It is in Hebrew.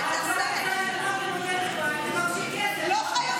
זו כפייה והתנשאות.